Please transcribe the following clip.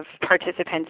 participants